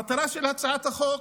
המטרה של הצעת החוק